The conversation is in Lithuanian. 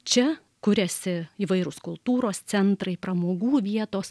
čia kuriasi įvairūs kultūros centrai pramogų vietos